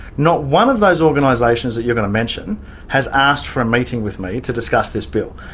not one of those organisations that you're going to mention has asked for a meeting with me to discuss this bill.